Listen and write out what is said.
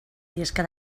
llesca